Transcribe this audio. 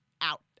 out